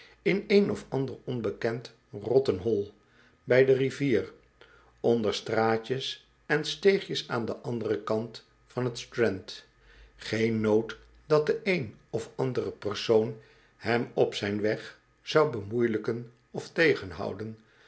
in een of ander onbekend rottenhol bij de rivier onder straatjes en steegjes aan den anderen kant van t strand geen nood dat de een of andere persoon hem op zijn weg zou bemoeielijken of tegenhouden